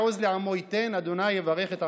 גברתי,